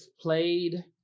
played